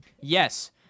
Yes